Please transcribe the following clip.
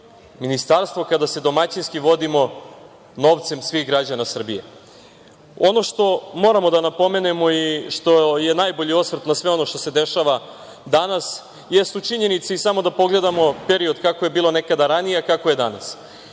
ministarstvo, kada se domaćinski vodimo novcem svih građana Srbije. Ono što moramo da napomenemo i što je najbolji osvrt na sve ono što se dešava danas, jesu činjenice i samo da pogledamo period kako je bilo nekada ranije, a kako je danas